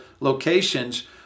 locations